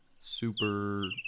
super